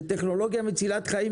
זה טכנולוגיה מצילת חיים,